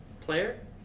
player